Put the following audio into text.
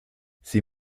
sie